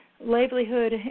livelihood